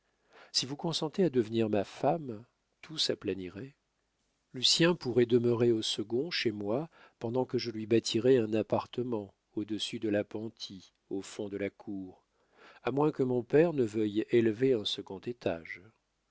si vous consentiez à devenir ma femme tout s'aplanirait lucien pourrait demeurer au second chez moi pendant que je lui bâtirais un appartement au-dessus de l'appentis au fond de la cour à moins que mon père ne veuille élever un second étage